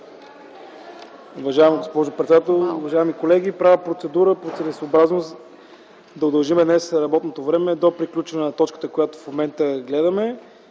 Уважаема госпожо председател, уважаеми колеги! Правя процедура по целесъобразност да удължим днес работното време до приключване на точката, която в момента гледаме,